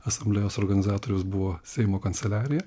asamblėjos organizatorius buvo seimo kanceliarija